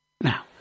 Now